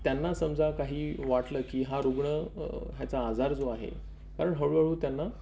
त्यांना समजा काही वाटलं की हा रुग्ण ह्याचा आजार जो आहे कारण हळूहळू त्यांना